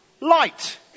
light